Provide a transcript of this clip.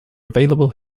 available